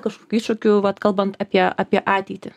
kažkokių iššūkių vat kalbant apie apie ateitį